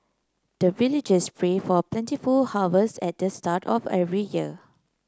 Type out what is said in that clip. the villagers pray for plentiful harvest at the start of every year